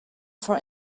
for